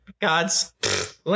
gods